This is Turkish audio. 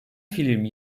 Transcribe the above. film